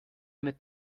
mit